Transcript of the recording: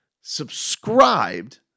subscribed